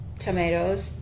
tomatoes